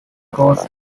goes